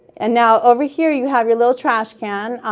and now, over here, you have your little trash can.